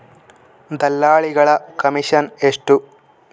ದಲ್ಲಾಳಿಗಳ ಕಮಿಷನ್ ಎಷ್ಟು?